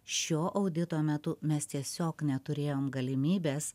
šio audito metu mes tiesiog neturėjom galimybės